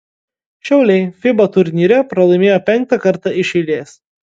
šiauliai fiba turnyre pralaimėjo penktą kartą iš eilės